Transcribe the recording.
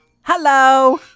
Hello